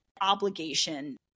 obligation